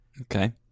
Okay